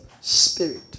Spirit